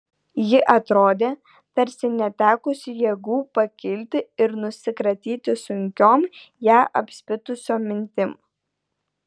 ji atrodė tarsi netekusi jėgų pakilti ir nusikratyti sunkiom ją apspitusiom mintim